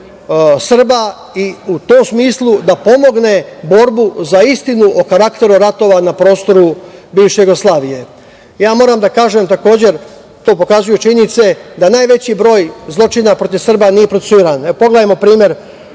Srba i u tom smislu da pomogne borbu za istinu o karakteru ratovanja na prostoru bivše Jugoslavije. Moram da kažem, to pokazuju činjenice, da najveći broj zločina protiv Srba nije procesuiran. Pogledajmo primer